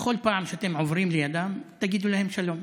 בכל פעם שאתם עוברים לידם תגידו להם שלום,